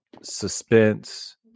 suspense